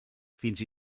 fins